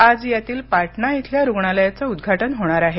आज यातील पाटणा इथल्या रुग्णालयाचं उद्घाटन होणार आहे